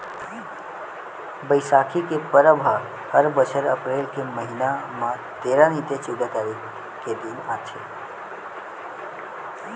बइसाखी के परब ह हर बछर अपरेल के महिना म तेरा नइ ते चउदा तारीख के दिन आथे